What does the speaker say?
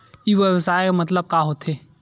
ई व्यवसाय मतलब का होथे?